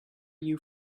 you